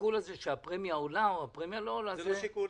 השיקול הזה שהפרמיה עולה או לא עולה, זה לא שיקול.